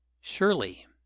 Surely